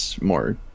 more